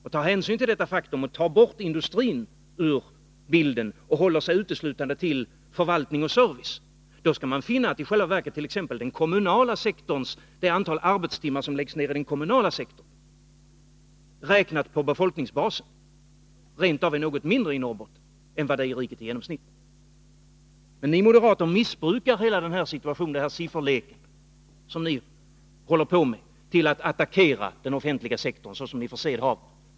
Om man då tar bort industrin ur bilden och håller sig uteslutande till förvaltning och service, så skall man finna exempelvis att det antal arbetstimmar som läggs ned i den kommunala sektorn räknat på befolkningsbasen rent av är något mindre i Norrbotten än i riket i genomsnitt. Men ni moderater missbrukar hela den här sifferleken, som ni håller på med, och attackerar den offentliga sektorn, som ni har för sed.